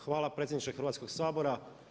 Hvala predsjedniče Hrvatskog sabora.